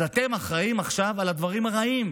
אז אתם אחראים עכשיו לדברים הרעים,